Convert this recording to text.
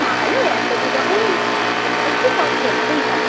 তাহলেও এতোটা যখন নিচ্ছি একটু কম করতেই পারেন